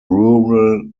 rural